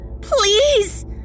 Please